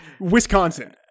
Wisconsin